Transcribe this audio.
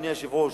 אדוני היושב-ראש,